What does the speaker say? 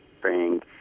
bring